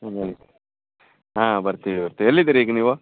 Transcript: ಹಾಗಾಗಿ ಹಾಂ ಬರ್ತೀವಿ ಬರ್ತೀವಿ ಎಲ್ಲಿದಿರ ಈಗ ನೀವು